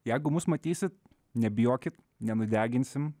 jeigu mus matysit nebijokit nesudeginsim